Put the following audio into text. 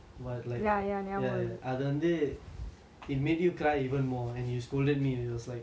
it made you cry even more and you scolded me because like உனக்கு என்னடா தெரியும்:unaku enada theriyum how would you know